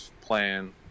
playing